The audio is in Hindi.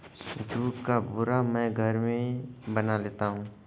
जुट का बोरा मैं घर में बना लेता हूं